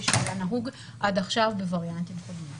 שהיה נהוג עד עכשיו בווריאנטים קודמים.